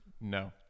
No